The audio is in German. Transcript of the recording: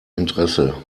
interesse